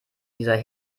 dieser